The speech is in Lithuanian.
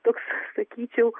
toks sakyčiau